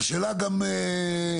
והשאלה גם,